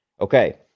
Okay